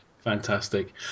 Fantastic